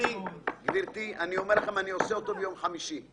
אני אעשה אותו ביום חמישי.